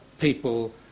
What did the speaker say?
People